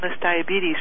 diabetes